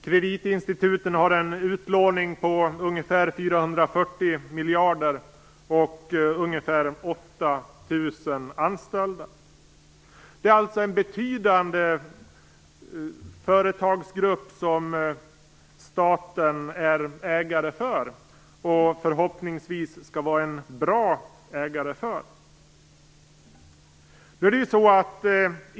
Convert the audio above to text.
Dessa har en utlåning på ungefär 440 miljarder och ungefär 8 000 anställda. Det är alltså en betydande företagsgrupp som staten är ägare för och förhoppningsvis skall vara en bra ägare för.